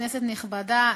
כנסת נכבדה,